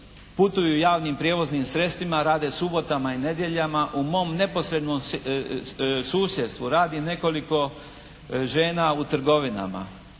Putuju javnim prijevoznim sredstvima. Rade subotama i nedjeljama. U mom neposrednom susjedstvu radi nekoliko žena u trgovinama.